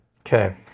okay